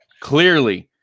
Clearly